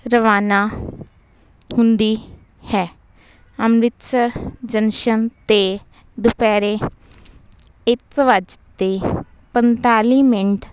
ਰਵਾਨਾ ਹੁੰਦੀ ਹੈ ਅੰਮ੍ਰਿਤਸਰ ਜੰਕਸ਼ਨ 'ਤੇ ਦੁਪਹਿਰ ਇੱਕ ਵਜ ਕੇ ਪੰਤਾਲੀ ਮਿੰਟ